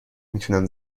میتونم